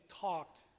talked